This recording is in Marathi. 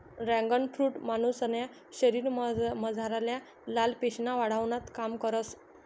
ड्रॅगन फ्रुट मानुसन्या शरीरमझारल्या लाल पेशी वाढावानं काम करस